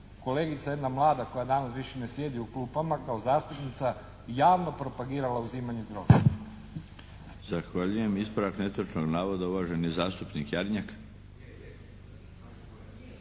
kolegica jedna mlada koja danas više ne sjedi u klupama kao zastupnica javno propagirala uzimanje droga. **Milinović, Darko (HDZ)** Zahvaljujem. Ispravak netočnog navoda, uvaženi zastupnik Jarnjak.